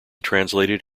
translated